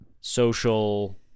social